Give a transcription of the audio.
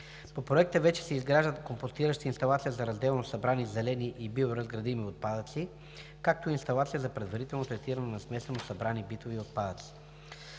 По проекта вече се изгражда компостираща инсталация за разделно събрани зелени и биоразградими отпадъци, както и инсталация за предварително третиране на смесено събрани битови отпадъци.